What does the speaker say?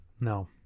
No